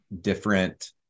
different